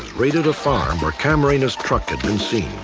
raided a farm where camarena's truck had